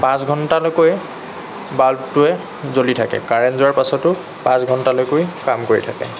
পাঁচ ঘন্টালৈকে বাল্বটোৱে জ্বলি থাকে কাৰেন্ট যোৱাৰ পাছতো পাঁচ ঘন্টালৈকৈ কাম কৰি থাকে